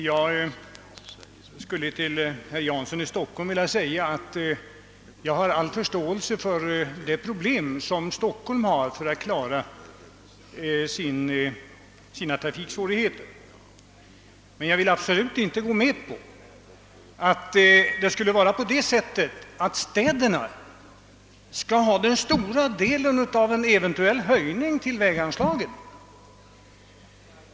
Herr talman! Till herr Jansson vill jag säga att jag hyser all förståelse för de problem som Stockholm har för att klara sina trafiksvårigheter. Men jag vill absolut inte gå med på att städerna skall få den stora andelen vid en eventuell höjning av väganslagen.